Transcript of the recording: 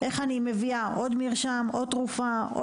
איך אני מבינה עוד מרשם, עוד תרופה.